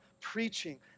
preaching